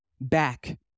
back